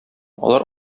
алар